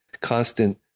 constant